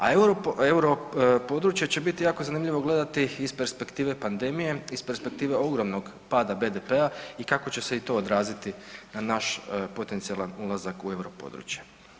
A euro područje će bit jako zanimljivo gledati iz perspektive pandemije, iz perspektive ogromnog pada BDP-a i kako će se i to odraziti na naš potencijalan ulazak u euro područje.